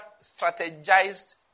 strategized